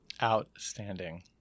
outstanding